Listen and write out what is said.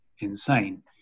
insane